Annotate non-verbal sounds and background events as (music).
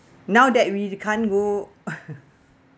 now that we can't go (laughs)